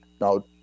Now